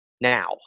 now